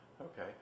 Okay